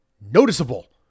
noticeable